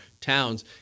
towns